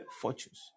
fortunes